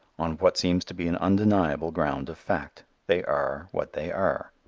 on what seems to be an undeniable ground of fact. they are what they are.